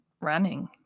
running